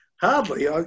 Hardly